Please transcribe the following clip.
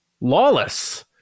Lawless